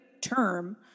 term